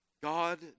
God